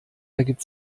ergibt